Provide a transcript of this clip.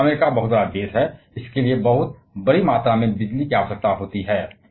लेकिन अमेरिका बहुत बड़ा देश है और इसके लिए बहुत बड़ी मात्रा में बिजली की आवश्यकता होती है